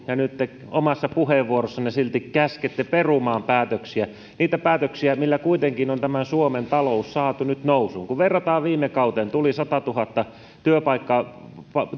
ja nyt te omassa puheenvuorossanne silti käskette perumaan päätöksiä niitä päätöksiä joilla kuitenkin on suomen talous saatu nyt nousuun kun verrataan viime kauteen tuli satatuhatta